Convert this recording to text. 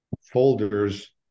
folders